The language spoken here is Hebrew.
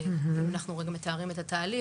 אנחנו מתארים את התהליך,